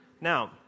Now